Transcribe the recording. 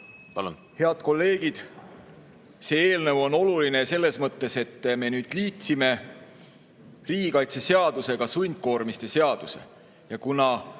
Head kolleegid! See eelnõu on oluline selles mõttes, et me liitsime riigikaitseseadusega sundkoormiste seaduse. Kuna